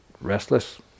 restless